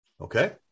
Okay